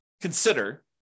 consider